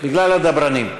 בגלל הדברנים.